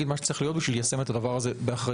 מה צריך להיות בשביל ליישם את הדבר הזה באחריות.